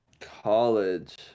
College